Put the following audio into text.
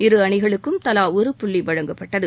இரு அணிகளுக்கும் தலா ஒரு புள்ளி வழங்கப்பட்டது